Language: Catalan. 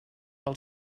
pel